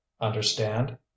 Understand